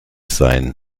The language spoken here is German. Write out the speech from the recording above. sein